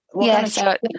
yes